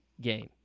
game